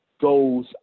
goes